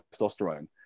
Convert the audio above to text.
testosterone